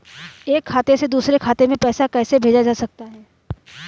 एक खाते से दूसरे खाते में पैसा कैसे भेजा जा सकता है?